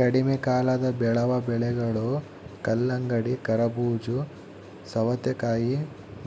ಕಡಿಮೆಕಾಲದಾಗ ಬೆಳೆವ ಬೆಳೆಗಳು ಕಲ್ಲಂಗಡಿ, ಕರಬೂಜ, ಸವತೇಕಾಯಿ